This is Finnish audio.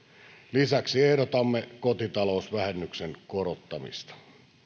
lisäksi ehdotamme kotitalousvähennyksen korottamista